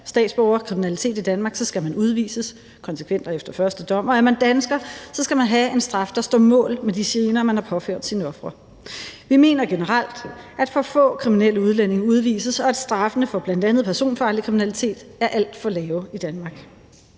statsborger kriminalitet i Danmark, skal man udvises konsekvent og efter første dom, og begår man kriminalitet som dansker, så skal man have en straf, der står mål med de gener, man har påført sine ofre. Vi mener generelt, at for få kriminelle udlændinge udvises, og at straffene for bl.a. personfarlig kriminalitet er alt for lave i Danmark.